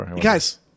Guys